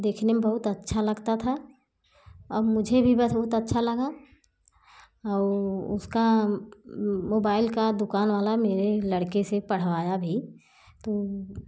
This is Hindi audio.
देखने में बहुत अच्छा लगता था और मुझे भी बहुत अच्छा लगा और उसकी मोबाइल की दुकान वाला मेरे लड़के से पढ़वाया भी तो